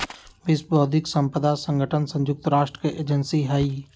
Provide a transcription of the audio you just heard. विश्व बौद्धिक साम्पदा संगठन संयुक्त राष्ट्र के एजेंसी हई